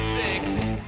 fixed